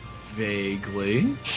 Vaguely